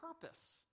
purpose